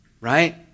right